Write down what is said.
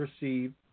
received